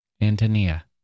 Antonia